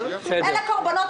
אמרתי לו: "תציג פתרון.